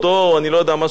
הוזמנתי לערוץ הכנסת,